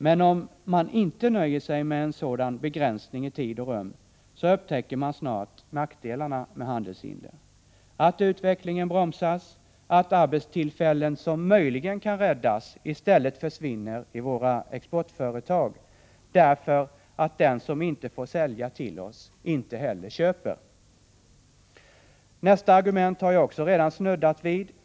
Men om man inte nöjer sig med en sådan begränsning i tid och rum upptäcker man snart nackdelarna med handelshinder: att utvecklingen bromsas och att arbetstillfällen som möjligen kan räddas stället försvinner i våra exportföretag därför att den som inte får sälja till oss inte heller köper av oss. Nästa argument har jag också snuddat vid.